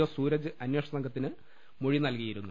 O Suraj അന്വേഷണ സംഘത്തിന് മൊഴി നൽകി യിരുന്നു